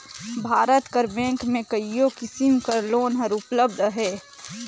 भारत कर बेंक में कइयो किसिम कर लोन हर उपलब्ध अहे